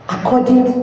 According